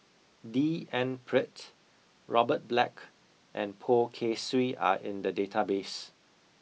D N Pritt Robert Black and Poh Kay Swee are in the database